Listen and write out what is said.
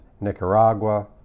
Nicaragua